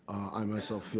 i, myself,